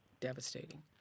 devastating